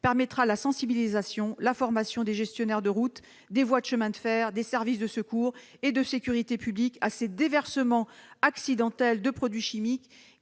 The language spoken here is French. permettra la sensibilisation et la formation des gestionnaires des routes, des voies de chemin de fer et des services de secours et de sécurité publique à ces déversements accidentels de produits chimiques